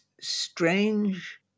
strange